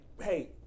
Hey